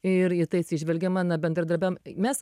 ir į tai atsižvelgia mano bendradarbiam mes